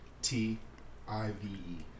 T-I-V-E